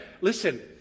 Listen